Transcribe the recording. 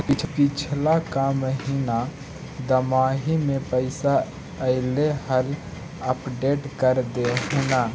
पिछला का महिना दमाहि में पैसा ऐले हाल अपडेट कर देहुन?